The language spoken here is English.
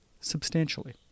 substantially